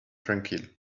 tranquil